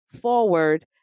forward